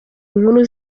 inkuru